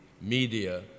media